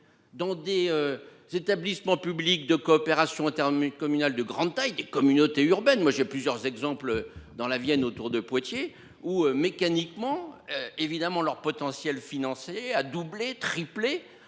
Dans des. Établissements publics de coopération. Communal de grande taille communautés urbaines. Moi j'ai plusieurs exemples dans la Vienne autour de Poitiers ou mécaniquement. Évidemment leur potentiel financer a doublé, triplé